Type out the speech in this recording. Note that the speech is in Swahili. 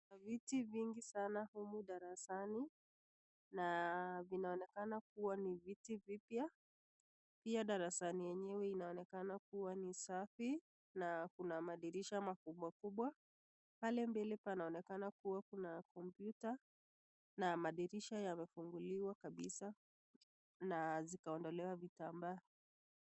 Kuna viti vingi sana humu darasani na vinaonekana kuwa ni viti vipya. Pia darasani yenyewe inaonekana kuwa ni safi na kuna madirisha makubwa kubwa. Pale mbele panaonekana kuwa kuna kompyuta na madirisha yamefunguliwa kabisa na zikaondolewa vitambaa.